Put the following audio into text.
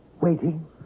Waiting